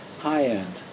high-end